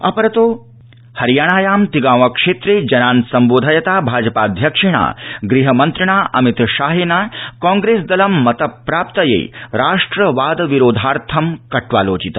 अपरतो हारियाणायां तिगाँव क्षेत्रे जनान् सम्बोधयता भाजपाध्यक्षेण गृहमन्त्रिणा अमित शाहेन कांग्रेसदलं मतप्राप्तये राष्ट्रवाद विरोधार्थं कट्वालोचितम्